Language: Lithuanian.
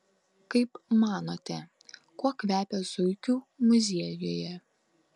kaip manote kuo kvepia zuikių muziejuje